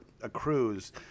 accrues